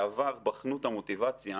בעבר בחנו את המוטיבציה